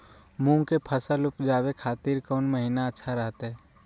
मूंग के फसल उवजावे खातिर कौन महीना अच्छा रहतय?